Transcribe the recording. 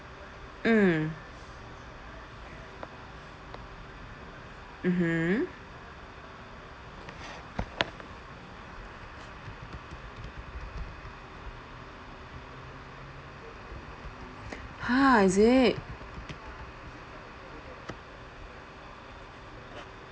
mm mmhmm ha is it